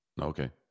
Okay